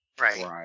Right